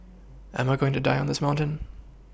am I going to die on this mountain